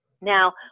Now